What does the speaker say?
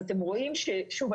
אתם רואים - שוב,